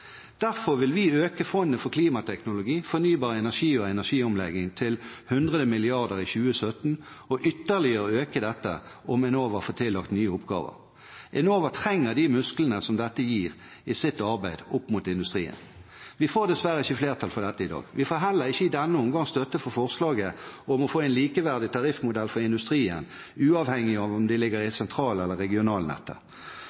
Derfor vil vi øke Fondet for klimateknologi, fornybar energi og energiomlegging til 100 mrd. kr i 2017, og ytterligere øke dette om Enova får tillagt nye oppgaver. Enova trenger de musklene som dette gir, i sitt arbeid opp mot industrien. Vi får dessverre ikke flertall for dette i dag. Vi får heller ikke i denne omgangen støtte for forslaget om å få en likeverdig tariffmodell for industrien, uavhengig av om den ligger i